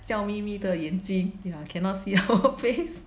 笑眯眯的眼睛 ya cannot see our face